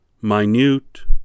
minute